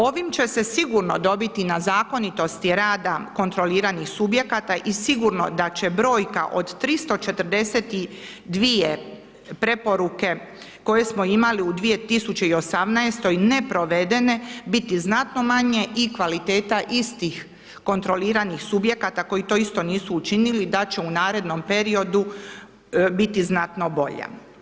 Ovim će se sigurno dobiti na zakonitosti rada kontroliranih subjekata i sigurno da će brojka od 342 preporuke koje smo imali u 2018. neprovedene biti znatno manje i kvaliteta istih kontroliranih subjekata koji to isto nisu učinili da će u narednom periodu biti znatno bolja.